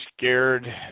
scared